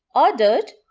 ordered,